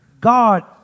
God